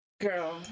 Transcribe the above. Girl